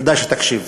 כדאי שתקשיב,